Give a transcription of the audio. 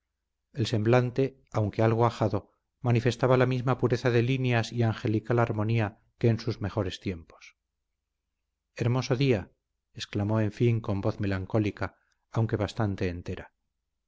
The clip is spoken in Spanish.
el semblante aunque algo ajado manifestaba la misma pureza de líneas y angelical armonía que en sus mejores tiempos hermoso día exclamó en fin con voz melancólica aunque bastante entera